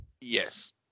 Yes